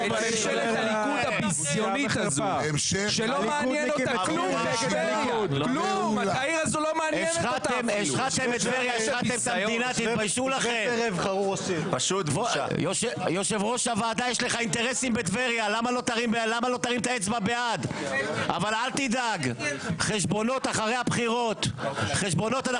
הישיבה ננעלה בשעה 10:09.